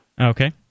Okay